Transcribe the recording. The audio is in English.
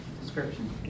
description